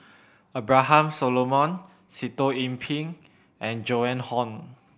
Abraham Solomon Sitoh Yih Pin and Joan Hon